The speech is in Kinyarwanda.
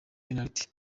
penaliti